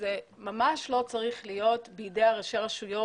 אני חושבת שזה ממש לא צריך להיות בידי ראשי הרשויות,